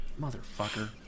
Motherfucker